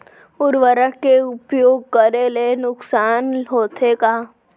उर्वरक के उपयोग करे ले नुकसान होथे का?